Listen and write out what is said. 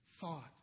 thought